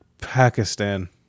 Pakistan